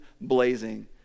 blazing